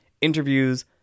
interviews